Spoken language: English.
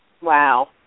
Wow